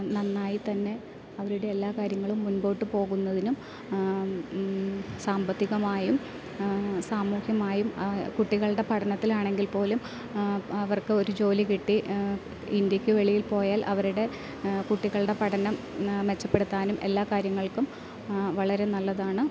നന്നായി തന്നെ അവരുടെ എല്ലാ കാര്യങ്ങളും മുൻപോട്ട് പോകുന്നതിനും സാമ്പത്തികമായും സാമൂഹ്യമായും കുട്ടികൾടെ പഠനത്തിലാണെങ്കിൽ പോലും അവർക്ക് ഒരു ജോലി കിട്ടി ഇന്ത്യയ്ക്ക് വെളിയിൽ പോയാൽ അവരുടെ കുട്ടികളുടെ പഠനം മെച്ചപ്പെടുത്താനും എല്ലാ കാര്യങ്ങൾക്കും വളരെ നല്ലതാണ്